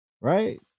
right